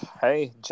Hey